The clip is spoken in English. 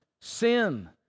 sin